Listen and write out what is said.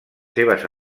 seves